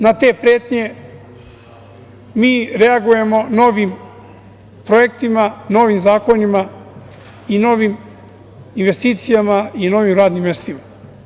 Na te pretnje mi reagujemo novim projektima, novim zakonima i novim investicijama i novim radnim mestima.